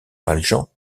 valjean